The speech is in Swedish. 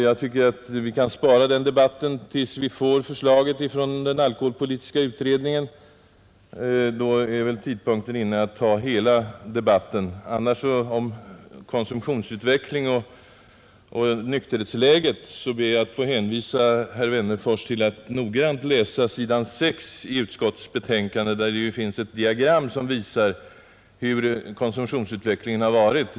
Jag tycker att vi kan spara den debatten till dess vi har fått alkoholpolitiska utredningens förslag. Då är väl tidpunkten inne att ta hela den debatten. Vad konsumtionsutvecklingen och nykterhetsläget beträffar ber jag att få rekommendera herr Wennerfors att noggrant läsa vad som står på s. 6 i utskottets betänkande. Där finns det ett diagram som visar hurudan konsumtionsutvecklingen varit.